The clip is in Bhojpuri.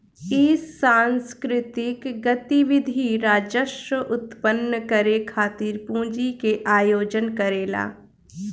इ सांस्कृतिक गतिविधि राजस्व उत्पन्न करे खातिर पूंजी के आयोजन करेला